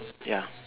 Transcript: ya